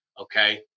Okay